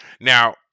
Now